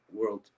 world